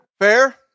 Fair